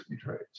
trades